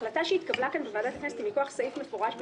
ההחלטה שהתקבלה כאן בוועדת הכנסת היא מכוח סעיף מפורש בתקנון,